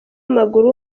w’amaguru